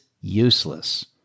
useless